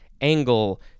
angle